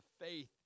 faith